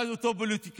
ואז אותו פוליטיקאי,